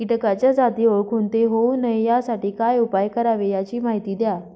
किटकाच्या जाती ओळखून ते होऊ नये यासाठी काय उपाय करावे याची माहिती द्या